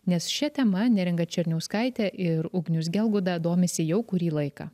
nes šia tema neringa černiauskaitė ir ugnius gelgauda domisi jau kurį laiką